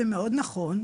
ומאוד נכון,